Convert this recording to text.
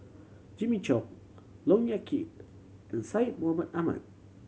Jimmy Chok Look Yan Kit and Syed Mohamed Ahmed